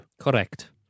Correct